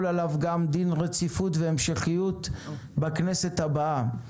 עליו גם דין רציפות והמשכיות בכנסת הבאה.